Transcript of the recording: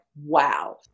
wow